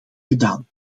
gedaan